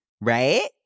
Right